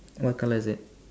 what colour is it